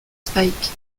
spike